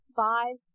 five